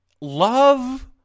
love